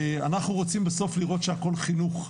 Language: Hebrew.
ואנחנו רוצים בסוף לראות שהכל חינוך,